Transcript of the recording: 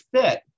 fit